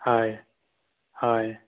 হয় হয়